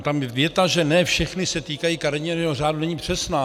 Tam věta, že ne všechny se týkají kariérního řádu, není přesná.